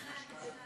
שתיים,